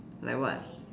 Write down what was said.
like what